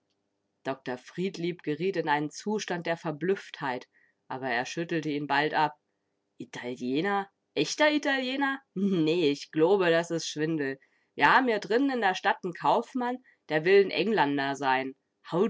dr friedlieb geriet in einen zustand der verblüfftheit aber er schüttelte ihn bald ab italiener echter italiener nee ich gloobe das is schwindel wir haben drinnen in der stadt n kaufmann der will n englander sein